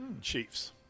Chiefs